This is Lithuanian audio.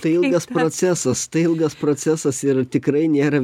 tai ilgas procesas tai ilgas procesas ir tikrai nėra